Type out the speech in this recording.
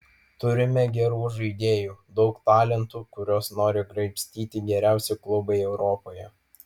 turime gerų žaidėjų daug talentų kuriuos nori graibstyti geriausi klubai europoje